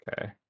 Okay